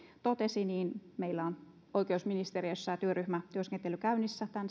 totesi niin meillä on oikeusministeriössä työryhmätyöskentely käynnissä